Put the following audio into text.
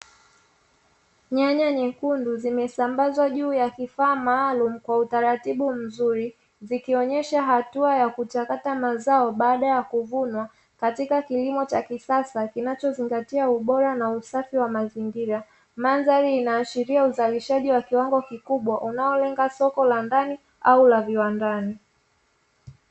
Nyanya nyekundu zimesambazwa juu ya kifaa maalumu kwa utaratibu mzuri, zikionyesha hatua ya kuchakata mazao baada ya kuvunwa katika kilimo cha kisasa kinachozingatia ubora na usafi wa mazingira. Mandhari inaashiria uzalishaji wa kiwango kikubwa unaolenga soko la ndani au la viwandani.